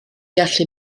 gallu